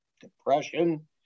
depression